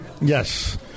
Yes